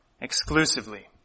exclusively